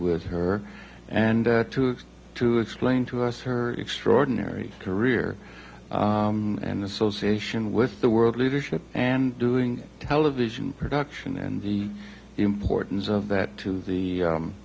with her and to explain to us her extraordinary career and association with the world leadership and doing television production and the importance of that to the